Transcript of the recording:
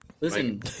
Listen